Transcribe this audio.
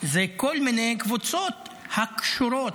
זה כל מיני קבוצות שקשורות